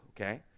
okay